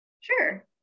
Sure